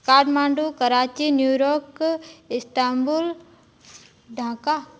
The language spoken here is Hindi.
Kathmandu Karachi New York Istanbul Dhaka